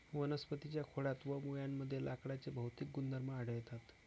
वनस्पतीं च्या खोडात व मुळांमध्ये लाकडाचे भौतिक गुणधर्म आढळतात